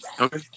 Okay